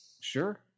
Sure